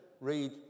read